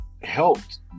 helped